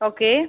okay